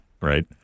Right